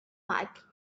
bike